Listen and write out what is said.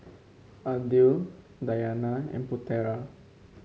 Aidil Dayana and Putera